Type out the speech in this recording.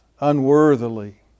unworthily